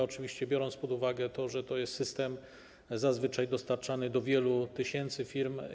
Oczywiście biorę pod uwagę, że jest to system zazwyczaj dostarczany do wielu tysięcy firm.